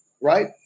right